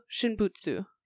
Shinbutsu